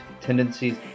tendencies